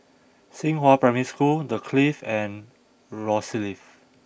Xinghua Primary School The Clift and Rosyth